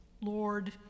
Lord